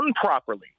properly